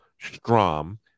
Strom